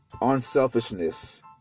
Unselfishness